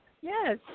Yes